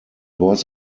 was